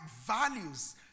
values